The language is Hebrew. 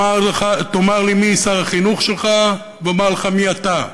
תאמר לי מי שר החינוך שלך ואומר לך מי אתה,